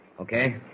Okay